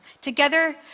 Together